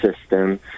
system